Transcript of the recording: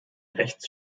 rechts